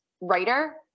writer